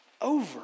over